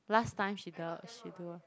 last time she du~ she do lor